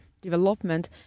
development